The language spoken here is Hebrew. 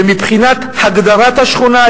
ומבחינת הגדרת השכונה,